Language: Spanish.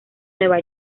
nueva